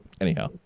anyhow